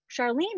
Charlene